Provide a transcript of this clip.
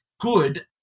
good